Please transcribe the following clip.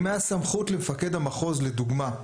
אם למפקד המחוז הייתה סמכות לדוגמה,